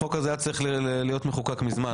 החוק הזה היה צריך להיות מחוקק מזמן.